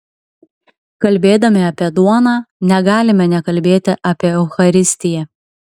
kalbėdami apie duoną negalime nekalbėti apie eucharistiją